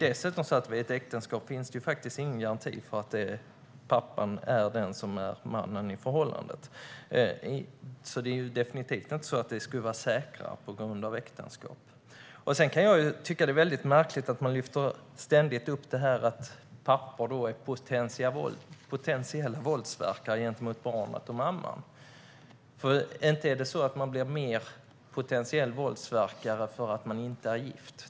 Dessutom finns det faktiskt inte någon garanti för att pappan är den som är mannen i förhållandet, så det skulle definitivt inte vara säkrare på grund av äktenskap. Sedan kan jag tycka att det är märkligt att pappan ständigt lyfts fram som potentiell våldsverkare gentemot barnet och mamman, för inte blir man mer potentiell våldsverkare för att man inte är gift.